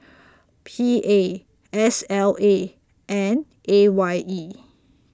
P A S L A and A Y E